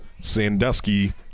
Sandusky